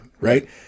Right